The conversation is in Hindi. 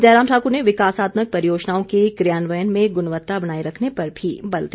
जयराम ठाकुर ने विकासात्मक परियोजनाओं के कियान्वयन में गुणवत्ता बनाए रखने पर भी बल दिया